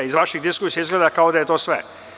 Iz vaših diskusija izgleda kao da je to sve.